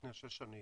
לפני שש שנים,